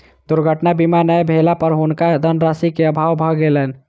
दुर्घटना बीमा नै भेला पर हुनका धनराशि के अभाव भ गेलैन